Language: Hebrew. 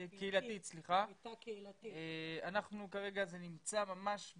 אנחנו עושים ישיבות מעקב,